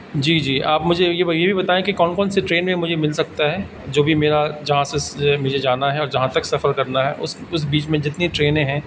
جی جی آپ مجھے یہ یہ بھی بتائیں کہ کون کون سی ٹرینیں میں مجھے مل سکتا ہے جو بھی میرا جہاں سے مجھے جانا ہے اور جہاں تک سفر کرنا ہے اس اس بیچ میں جتنی ٹرینیں ہیں